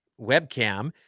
webcam